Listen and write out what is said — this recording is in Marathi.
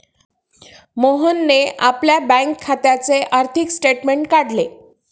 मोहनने आपल्या बँक खात्याचे आर्थिक स्टेटमेंट काढले